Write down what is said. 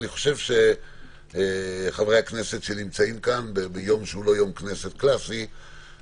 אני חושב שחברי הכנסת שנמצאים כאן ביום שהוא לא יום כנסת קלסי הם